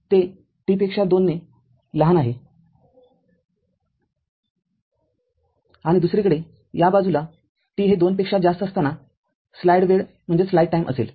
ते t पेक्षा २ने लहान आहे आणि दुसरीकडे या बाजूला t हे २ पेक्षा जास्त असताना स्लाईड वेळ असेल